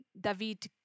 David